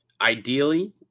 Ideally